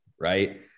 Right